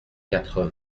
quatre